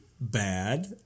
bad